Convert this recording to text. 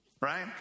Right